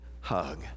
Hug